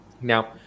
Now